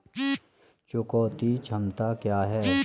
चुकौती क्षमता क्या है?